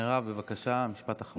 מירב, בבקשה, משפט אחרון.